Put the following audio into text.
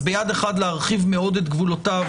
אז ביד אחת להרחיב מאוד את גבולותיו,